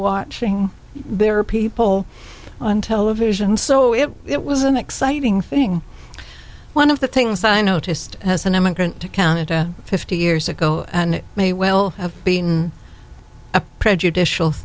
watching their people on television so it was an exciting thing one of the things i noticed as an immigrant to canada fifty years ago and it may well have been a prejudicial